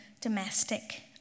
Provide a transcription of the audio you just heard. domestic